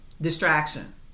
distraction